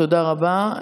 תודה רבה.